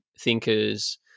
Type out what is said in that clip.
thinkers